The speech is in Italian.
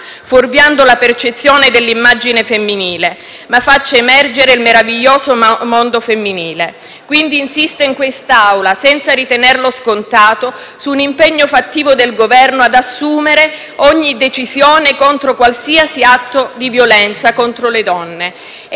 ma faccia emergere il meraviglioso mondo femminile. Quindi, insisto in quest'Aula, senza ritenerlo scontato, su un impegno fattivo del Governo ad assumere ogni decisione contro qualsiasi atto di violenza contro le donne. Infine, concludo, rivolgendomi, da donna,